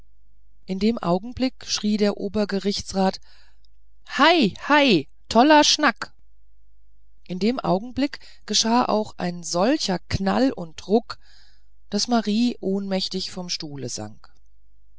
in dem augenblick schrie der obergerichtsrat hei hei toller schnack aber in dem augenblick geschah auch ein solcher knall und ruck daß marie ohnmächtig vom stuhle sank